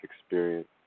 experience